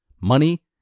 money